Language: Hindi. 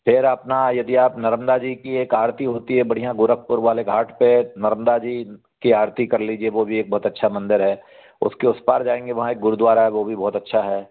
फिर अपना यदि नर्मदा जी की एक आरती होती है बढ़िया गोरखपुर वाले घाट पर नर्मदा जी की आरती कर लीजिए वो भी एक बहुत अच्छा मंदिर है उसके उस पार जाएंगे वहाँ एक गुरुद्वारा है वो भी बहुत अच्छा है